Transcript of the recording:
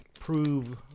Prove